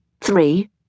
Three